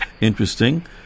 interesting